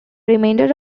remainder